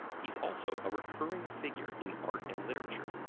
he's also a recurring figure in art and literature.